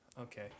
Okay